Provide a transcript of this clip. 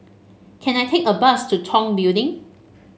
can I take a bus to Tong Building